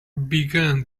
began